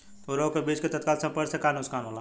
उर्वरक और बीज के तत्काल संपर्क से का नुकसान होला?